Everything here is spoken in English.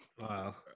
Wow